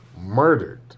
murdered